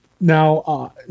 Now